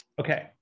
Okay